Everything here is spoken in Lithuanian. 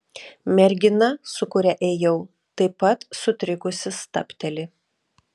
mergina su kuria ėjau taip pat sutrikusi stabteli